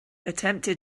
attempted